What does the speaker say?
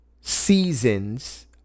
seasons